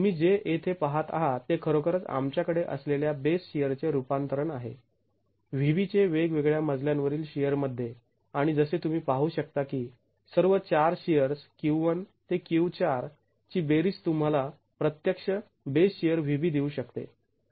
तुम्ही जे येथे पहात आहात ते खरोखरच आमच्याकडे असलेल्या बेस शिअरचे रूपांतरण आहे V B चे वेगवेगळ्या मजल्यांच्या शिअरमध्ये आणि जसे तुम्ही पाहू शकता की सर्व ४ शिअर्स Q1 ते Q 4 ची बेरीज तुम्हाला प्रत्यक्ष बेस शिअर VB देऊ शकते